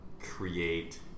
create